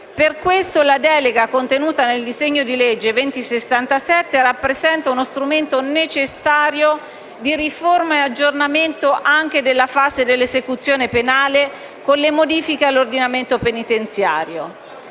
Per questo la delega contenuta nel disegno di legge n. 2067 rappresenta uno strumento necessario di riforma e di aggiornamento anche della fase dell'esecuzione penale con le modifiche all'ordinamento penitenziario.